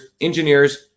engineers